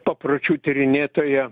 papročių tyrinėtoja